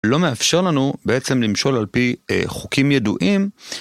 לא מאפשר לנו בעצם למשול על פי, אה, חוקים ידועים...